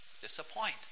disappoint